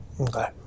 Okay